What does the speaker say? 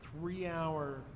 three-hour